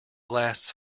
lasts